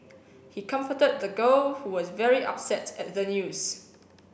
he comforted the girl who was very upset at the news